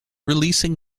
releasing